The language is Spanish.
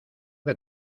que